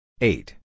eight